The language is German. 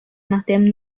nachdem